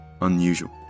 unusual